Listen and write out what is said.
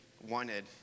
wanted